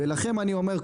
ולכם אני אומר,